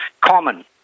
common